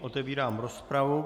Otevírám rozpravu.